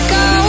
go